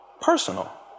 personal